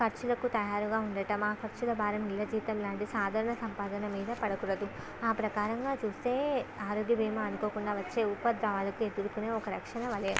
ఖర్చులకు తయారుగా ఉండటం ఆ ఖర్చుల భారం నెల జీతం లాంటి సాధారణ సంపాదన మీద పడకూడదు ఆ ప్రకారంగా చూస్తే ఆరోగ్య భీమా అనుకోకుండా వచ్చే ఉపద్రవాలకు ఎదురుకొనే ఒక రక్షణ వలయం